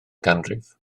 ganrif